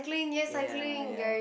ya ya